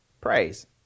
Praise